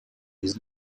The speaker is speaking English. his